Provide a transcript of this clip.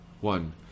one